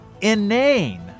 inane